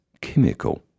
chemical